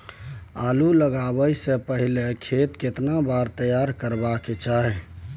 आलू लगाबै स पहिले खेत केना तैयार करबा के चाहय?